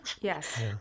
Yes